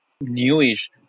newish